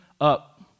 up